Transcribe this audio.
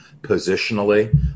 positionally